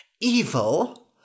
Evil